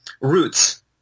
roots